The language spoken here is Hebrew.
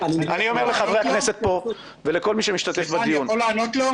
אני אומר לחברי הכנסת, ה ולכל מי שמשתתף בדיון -- אפשר לענות לו?